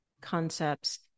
concepts